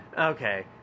Okay